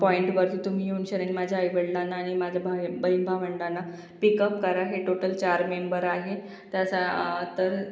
पॉईंटवरती तुम्ही येऊनशन्यानी माझ्या आईवडलांना आणि माझ्या भाऊ बहीण भावंडांना पिकअप करा हे टोटल चार मेंबर आहे त्याचा तर